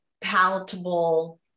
palatable